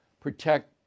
protect